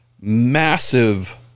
massive